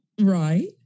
Right